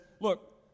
Look